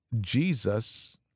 Jesus